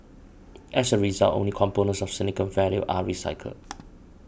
as a result only components of significant value are recycled